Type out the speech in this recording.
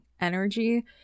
energy